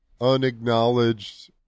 unacknowledged